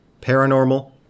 paranormal